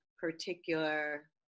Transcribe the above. particular